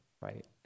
right